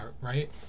right